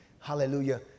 hallelujah